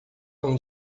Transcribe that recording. não